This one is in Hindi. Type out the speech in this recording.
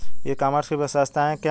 ई कॉमर्स की विशेषताएं क्या हैं?